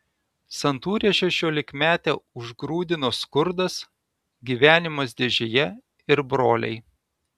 santūrią šešiolikmetę užgrūdino skurdas gyvenimas dėžėje ir broliai